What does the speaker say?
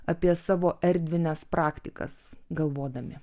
apie savo erdvines praktikas galvodami